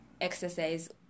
exercise